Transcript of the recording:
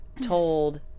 told